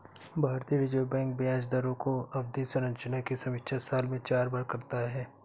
भारतीय reserve bank ब्याज दरों की अवधि संरचना की समीक्षा साल में चार बार करता है